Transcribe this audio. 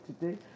today